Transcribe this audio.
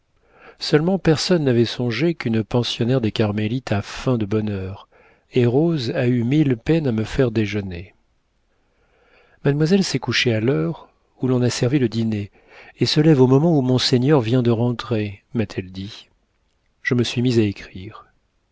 seulement personne n'avait songé qu'une pensionnaire des carmélites a faim de bonne heure et rose a eu mille peines à me faire déjeuner mademoiselle s'est couchée à l'heure où l'on a servi le dîner et se lève au moment où monseigneur vient de rentrer m'a-t-elle dit je me suis mise à écrire